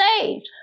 saved